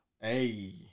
Hey